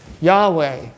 Yahweh